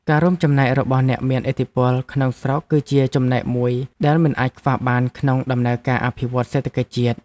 ការរួមចំណែករបស់អ្នកមានឥទ្ធិពលក្នុងស្រុកគឺជាចំណែកមួយដែលមិនអាចខ្វះបានក្នុងដំណើរការអភិវឌ្ឍសេដ្ឋកិច្ចជាតិ។